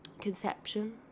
conception